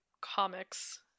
comics